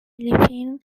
philippine